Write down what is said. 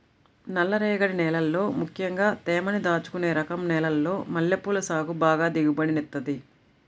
నల్లరేగడి నేలల్లో ముక్కెంగా తేమని దాచుకునే రకం నేలల్లో మల్లెపూల సాగు బాగా దిగుబడినిత్తది